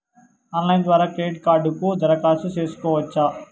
Online ద్వారా credit కార్డుకు దరఖాస్తు సేసుకోవచ్చా?